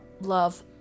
love